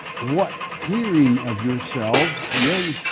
what clearing of yourselves, yea,